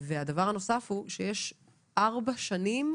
והדבר הנוסף הוא שיש 4 שנים